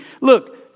Look